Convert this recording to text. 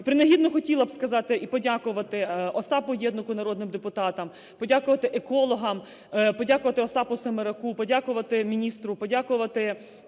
Принагідно хотіла б сказати і подякувати Остапу Єднаку, народним депутатам, подякувати екологам, подякувати Остапу Семераку, подякувати міністру, подякувати